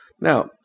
Now